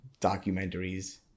documentaries